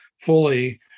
fully